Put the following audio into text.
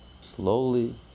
slowly